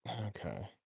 Okay